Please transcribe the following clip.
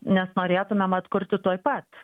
nes norėtumėm atkurti tuoj pat